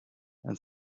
and